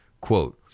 Quote